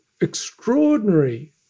extraordinary